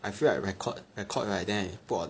I feel like record record right then I put on